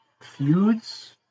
feuds